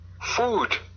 Food